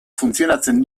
funtzionatzen